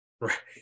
Right